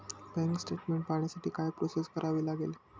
Bank statement पाहण्यासाठी काय process करावी लागेल?